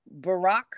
Barack